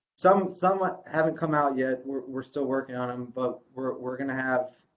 some some ah haven't come out yet, we're we're still working on them, but we're we're going to have.